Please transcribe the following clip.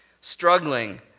struggling